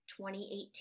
2018